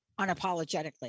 unapologetically